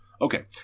Okay